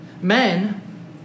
Men